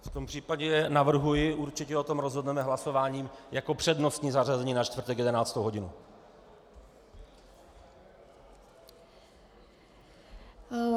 V tom případě navrhuji, určitě o tom rozhodneme hlasováním, jako přednostní zařazení na čtvrtek 11. hodinu.